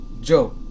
Joe